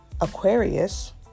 Aquarius